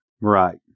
Right